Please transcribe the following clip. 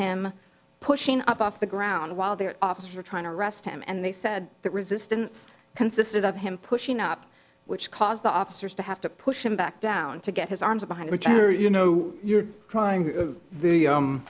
him pushing up off the ground while their officers are trying to arrest him and they said that resistance consisted of him pushing up which caused the officers to have to push him back down to get his arms behind which are you know you're trying to